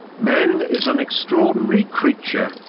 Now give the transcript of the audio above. man is an extraordinary creature.